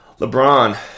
LeBron